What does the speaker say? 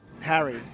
Harry